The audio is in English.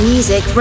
Music